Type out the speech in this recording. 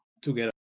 together